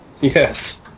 Yes